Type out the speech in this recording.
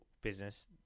business